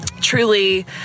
truly